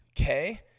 Okay